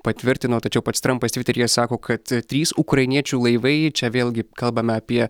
patvirtino tačiau pats trampas tviteryje sako kad trys ukrainiečių laivai čia vėlgi kalbame apie